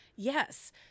Yes